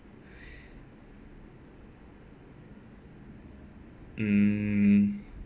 mm